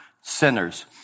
sinners